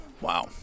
Wow